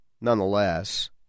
nonetheless